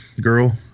girl